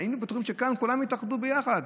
היינו בטוחים שכאן כולם יתאחדו ביחד.